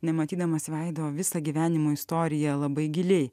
nematydamas veido visa gyvenimo istorija labai giliai